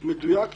הוא מדויק,